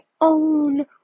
own